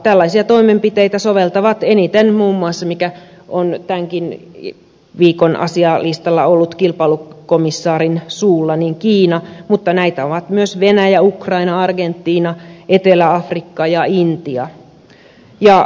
tällaisia toimenpiteitä soveltavat eniten muun muassa mikä on tämänkin viikon asialistalla ollut kilpailukomissaarin suulla kiina mutta näitä ovat myös venäjä ukraina argentiina etelä afrikka ja intia